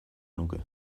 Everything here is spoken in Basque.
nuke